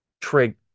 Trig